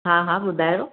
हा हा ॿुधायो